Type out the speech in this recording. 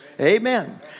Amen